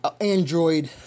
Android